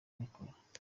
abikora